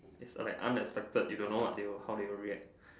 it's like unexpected you don't know like how they will react